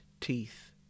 teeth